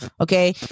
okay